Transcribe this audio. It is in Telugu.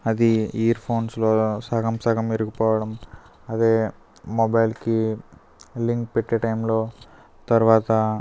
అది ఇయర్ఫోన్స్లో సగం సగం ఇరిగిపోవడం అది మొబైల్కి లింక్ పెట్టె టైంలో తర్వాత